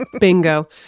Bingo